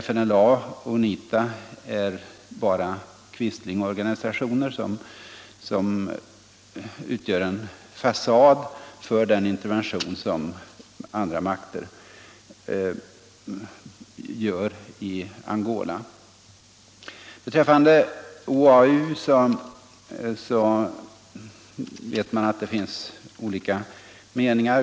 FNLA och UNITA är bara quislingorganisationer som utgör en fasad för den intervention som andra makter utför i Angola. Beträffande OAU vet man att det finns olika meningar.